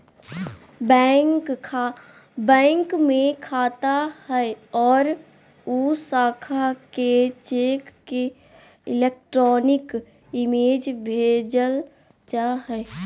bank में खाता हइ और उ शाखा के चेक के इलेक्ट्रॉनिक इमेज भेजल जा हइ